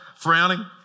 Frowning